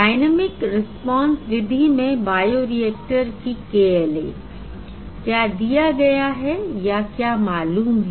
dynamic response विधि में bioreactor की 𝑘𝐿𝑎 I क्या दिया गया है या क्या मालूम है